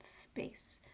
space